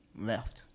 left